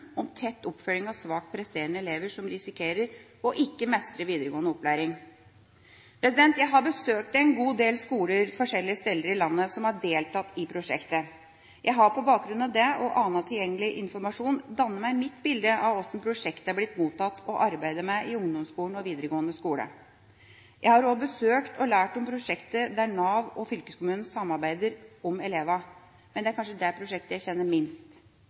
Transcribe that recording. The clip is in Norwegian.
om tett oppfølging av svakt presterende elever som risikerer ikke å mestre videregående opplæring. Jeg har besøkt en god del skoler forskjellige steder i landet som har deltatt i prosjektet. På bakgrunn av det og annen tilgjengelig informasjon har jeg dannet meg mitt bilde av hvordan prosjektet er blitt mottatt og arbeidet med i ungdomsskolen og i videregående skole. Jeg har også besøkt og lært om prosjektet der Nav og fylkeskommunen samarbeider om elevene, men det er kanskje det prosjektet jeg kjenner minst.